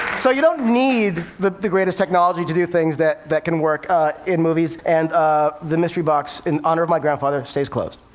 so you don't need the the greatest technology to do things that that can work in movies. and the mystery box, in honor of my grandfather, stays closed.